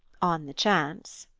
on the chance.